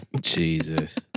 Jesus